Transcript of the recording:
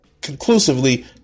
conclusively